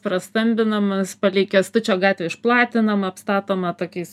prastambinamas palei kęstuščio gatvę išplatinama apstatoma tokiais